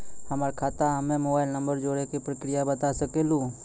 हमर खाता हम्मे मोबाइल नंबर जोड़े के प्रक्रिया बता सकें लू?